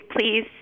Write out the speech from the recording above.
please